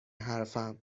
حرفم